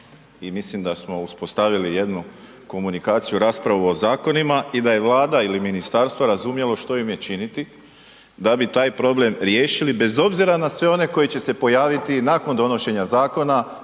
i mislim da smo uspostavili jednu komunikaciju raspravu o zakonima i da je Vlada ili ministarstvo razumjelo što im je činiti da bi taj problem riješili bez obzira na sve one koji će se pojaviti nakon donošenja zakona